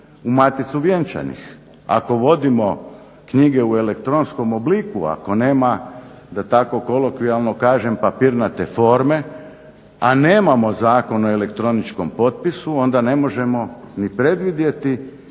u Maticu vjenčanih. Ako vodimo knjige u elektronskom obliku, ako nema da tako kolokvijalno kažem papirnate forme, a nemamo Zakon o elektroničkom potpisu onda ne možemo ni predvidjeti